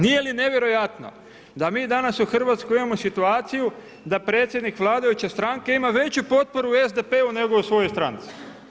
Nije li nevjerojatno da mi danas u Hrvatskoj imamo situaciju da predsjednik vladajuće stranke ima veću potporu i SDP-u nego u svojoj stranci?